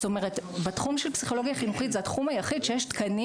זאת אומרת התחום של הפסיכולוגיה החינוכית זה התחום היחיד שיש תקנים,